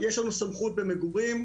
יש לנו סמכות במגורים,